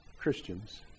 Christians